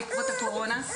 בעקבות הקורונה.